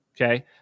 okay